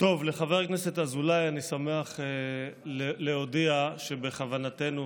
חבר הכנסת אזולאי, אני שמח להודיע לך שבכוונתנו